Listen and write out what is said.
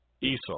Esau